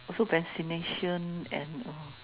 also vaccination and uh